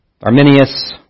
Arminius